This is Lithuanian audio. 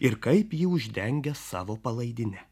ir kaip jį uždengia savo palaidine